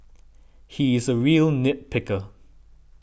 he is a real nit picker